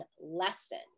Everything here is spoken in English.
lesson